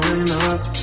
enough